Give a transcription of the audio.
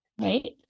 Right